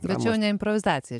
tačiau ne improvizacija